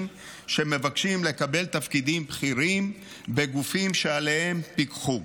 שמבקשים לקבל תפקידים בכירים בגופים שעליהם פיקחו.